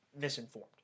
misinformed